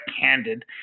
candid